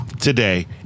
today